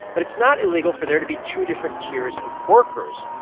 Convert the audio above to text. but it's not illegal for there to be two different tiers of workers.